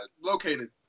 Located